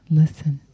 listen